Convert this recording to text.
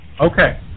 Okay